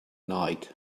night